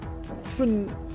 often